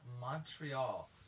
Montreal